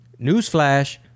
Newsflash